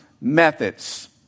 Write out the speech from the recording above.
methods